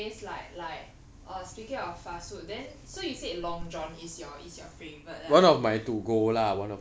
okay but anyways like like err speaking of fast food then so you said long john is your is your favorite lah